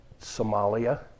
Somalia